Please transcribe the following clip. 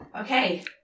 Okay